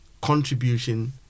Contribution